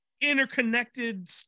interconnected